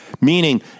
meaning